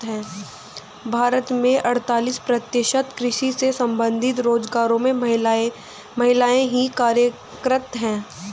भारत के अड़तालीस प्रतिशत कृषि से संबंधित रोजगारों में महिलाएं ही कार्यरत हैं